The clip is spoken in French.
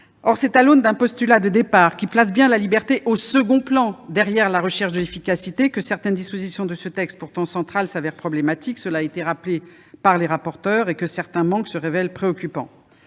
Or c'est à l'aune d'un postulat de départ plaçant la liberté au second plan, derrière la recherche de l'efficacité, que certaines dispositions de ce texte, pourtant centrales, s'avèrent problématiques et que certains manques se révèlent préoccupants.